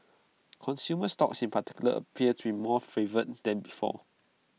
consumer stocks in particular appear to be more favoured than before